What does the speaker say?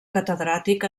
catedràtic